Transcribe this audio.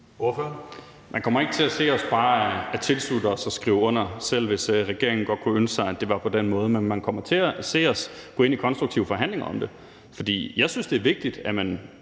Man kommer ikke til at se os bare tilslutte os og skrive under, selv hvis regeringen godt kunne ønske sig, at det var på den måde. Men man kommer til at se os gå ind i konstruktive forhandlinger om det. For jeg synes, at det er vigtigt, at man